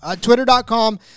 twitter.com